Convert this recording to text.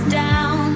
down